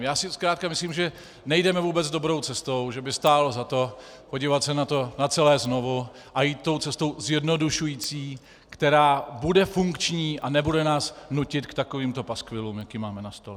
Já si zkrátka myslím, že nejdeme vůbec dobrou cestou, že by stálo za to se podívat na to celé znovu a jít tou cestou zjednodušující, která bude funkční a nebude nás nutit k takovýmto paskvilům, jaký máme na stole.